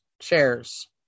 chairs